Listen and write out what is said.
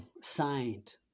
signed